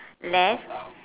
left